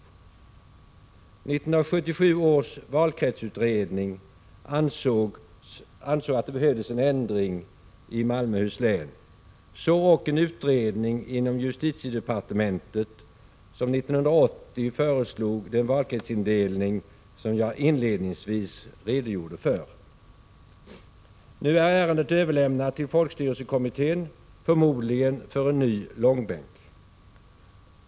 11 december 1986 1977 års valkretsutredning ansåg att det behövdes en ändring i Malmöhus Z—G län, så ock en utredning inom justitiedepartementet, som 1980 föreslog den valkretsindelning som jag inledningsvis redogjorde för. Nu är ärendet överlämnat till folkstyrelsekommittén, förmodligen för en ny långbänk.